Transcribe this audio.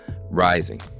rising